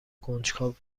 کنجکاو